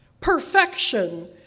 perfection